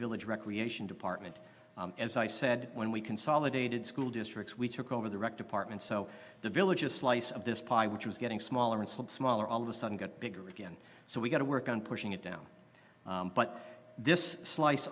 village recreation department as i said when we consolidated school districts we took over the rec department so the villages slice of this pie which was getting smaller and smaller all of a sudden got bigger again so we got to work on pushing it down but this slice